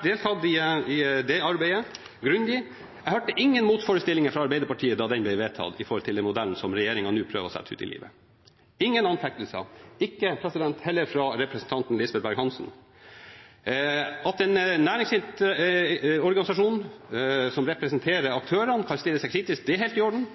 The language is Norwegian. deltatt grundig i det arbeidet. Jeg hørte ingen motforestillinger fra Arbeiderpartiet da den modellen ble vedtatt, og som regjeringen nå prøver å sette ut i livet – ingen anfektelser, heller ikke fra representanten Lisbeth Berg-Hansen. At en næringsorganisasjon som representerer aktørene, kan stille seg kritisk, er helt i orden,